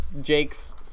Jake's